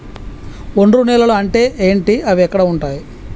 ఒండ్రు నేలలు అంటే ఏంటి? అవి ఏడ ఉంటాయి?